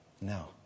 No